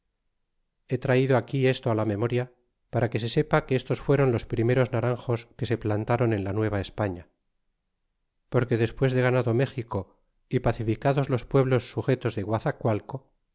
he traido aquí esto á la memoria para que se sepa que estos fueron los primeros naranjos que se plantaron en la nueva españa porque despues de ganado méxico y pacificados los pueblos sujetos de